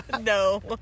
No